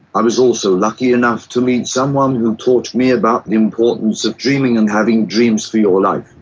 i was also lucky enough to meet someone who taught me about the importance of dreaming and having dreams for your life.